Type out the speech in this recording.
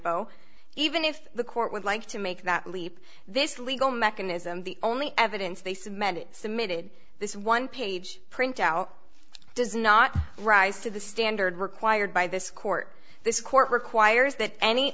typo even if the court would like to make that leap this legal mechanism the only evidence they submitted submitted this one page printout does not rise to the standard required by this court this court requires that any